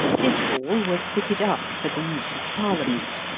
this hall was fitted up for the use of parliament,